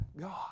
God